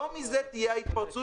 לא מזה תהיה ההתפרצות.